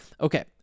Okay